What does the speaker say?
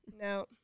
No